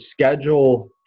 schedule